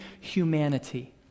humanity